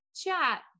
chat